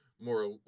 More